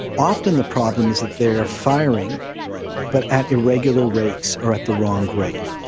often the problem is that they are firing but at irrregular rates or at the wrong rate.